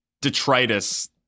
detritus